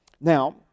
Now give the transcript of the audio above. Now